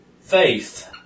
faith